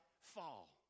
fall